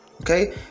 okay